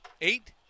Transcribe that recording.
eight